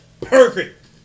perfect